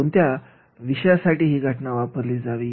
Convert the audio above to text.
कोणत्या विषयासाठी ही घटना वापरली जावी